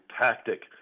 tactic